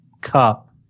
Cup